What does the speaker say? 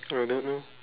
I don't know